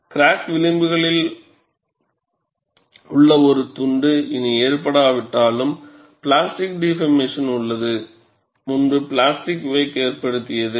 crack விளிம்புகளில் உள்ள ஒரு துண்டு இனி ஏற்றப்படாவிட்டாலும் பிளாஸ்டிக் டிபார்மேசன் உட்பட்டது முன்பு பிளாஸ்டிக் வேக் ஏற்படுத்தியது